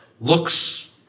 Looks